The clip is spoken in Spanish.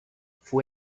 fue